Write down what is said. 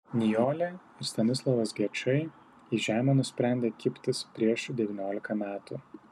nijolė ir stanislovas gečai į žemę nusprendė kibtis prieš devyniolika metų